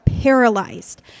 paralyzed